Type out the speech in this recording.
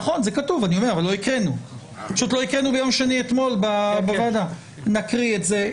נקריא את זה,